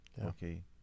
okay